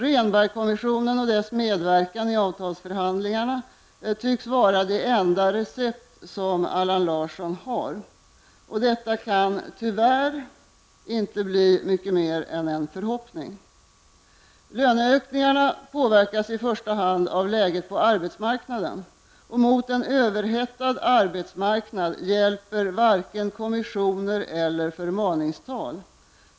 Rehnbergkommissionen och dess medverkan i avtalsförhandlingarna tycks vara det enda recept som Allan Larsson har. Detta kan -- tyvärr -- inte bli mycket mer än en förhoppning. Löneökningarna påverkas i första hand av läget på arbetsmarknaden. Mot en överhettad arbetsmarknad hjälper varken kommissioner eller förmaningstal.